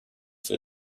für